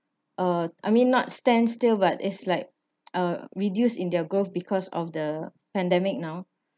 uh I mean not stand still but it's like a reduced in their growth because of the pandemic now